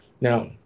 Now